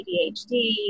ADHD